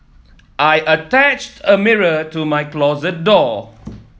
I attached a mirror to my closet door